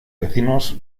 vecinos